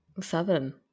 seven